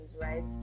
right